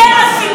שהיא לא תתערב?